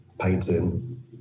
painting